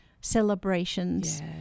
celebrations